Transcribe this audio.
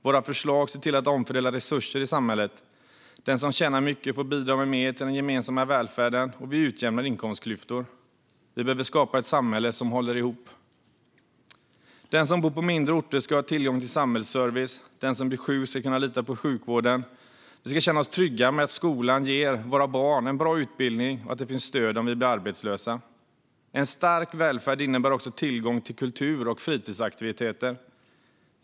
Våra förslag ser till att omfördela resurser i samhället. Den som tjänar mycket får bidra med mer till den gemensamma välfärden, och vi utjämnar inkomstklyftor. Vi behöver skapa ett samhälle som håller ihop. De som bor på mindre orter ska ha tillgång till samhällsservice, de som blir sjuka ska kunna lita på sjukvården och vi ska känna oss trygga med att skolan ger våra barn en bra utbildning och att det finns stöd om vi blir arbetslösa. En stark välfärd innebär också tillgång till kultur och fritidsaktiviteter.